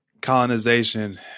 Colonization